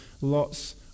lots